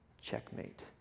checkmate